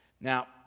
Now